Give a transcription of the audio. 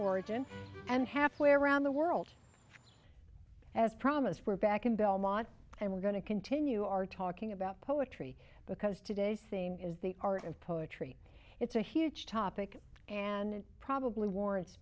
origin and halfway around the world as promised we're back in belmont and we're going to continue our talking about poetry because today thing is the art and poetry it's a huge topic and it probably warrants